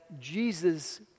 Jesus